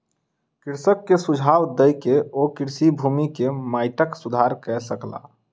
कृषक के सुझाव दय के ओ कृषि भूमि के माइटक सुधार कय सकला